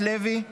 מיקי לוי, אנא.